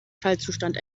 schaltzustand